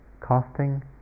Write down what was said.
costing